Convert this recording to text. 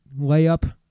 layup